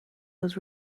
was